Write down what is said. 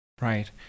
Right